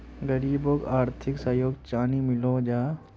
गरीबोक आर्थिक सहयोग चानी मिलोहो जाहा?